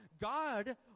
God